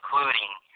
Including